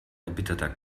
erbitterter